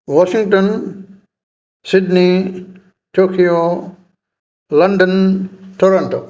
Washington Sydney Tokyo London Toronto